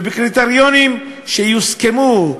ובקריטריונים שיוסכמו,